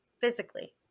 physically